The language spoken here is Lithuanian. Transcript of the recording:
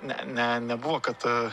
ne ne nebuvo kad